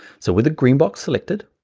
so with the green box selected,